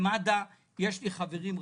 במד"א יש לי חברים רבים,